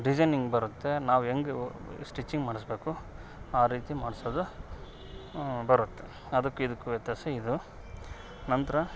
designing ಬರುತ್ತೆ ನಾವು ಹೆಂಗ್ ಹೊ ಸ್ಟಿಚಿಂಗ್ ಮಾಡಿಸ್ಬೇಕು ಆ ರೀತಿ ಮಾಡ್ಸೋದು ಬರುತ್ತೆ ಅದ್ಕು ಇದ್ಕು ವ್ಯತ್ಯಾಸ ಇದು ನಂತರ